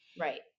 Right